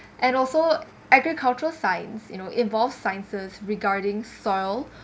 and also agricultural science you know involved sciences regarding soil